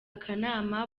akanama